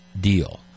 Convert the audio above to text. deal